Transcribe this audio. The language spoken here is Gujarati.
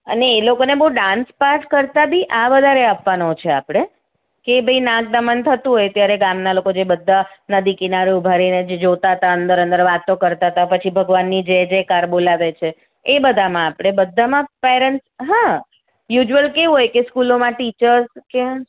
અને એ લોકોને બહુ ડાન્સ પાસ કરતાં બી આ વધારે આપવાનું છે આપણે કે ભાઈ નાગદમન થતું હોય ત્યારે ગામના લોકો જે બધા નદી કિનારે ઊભા રહીને જ જોતાં જોતાં અંદર અંદર વાતો કરતાં હતાં પછી ભગવાનનો જય જયકાર બોલાવે છે એ બધામાં આપણે બધામાં પેરેન્ટ્સ હા યુઝવલ કેવું હોય કે સ્કૂલોમાં ટીચર્સ કે